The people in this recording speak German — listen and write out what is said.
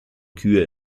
kühe